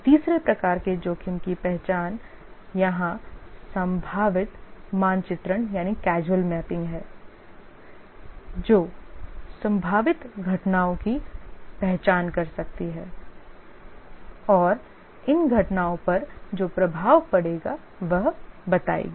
और तीसरे प्रकार के जोखिम की पहचान यहां संभावित मानचित्रण है जो संभावित घटनाओं की पहचान कर सकती है और इन घटनाओं पर जो प्रभाव पड़ेगा वह बताएगी